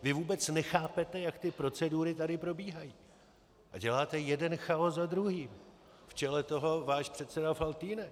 Vy vůbec nechápete, jak ty procedury tady probíhají, a děláte jeden chaos za druhým, v čele toho váš předseda Faltýnek.